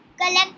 collect